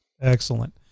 Excellent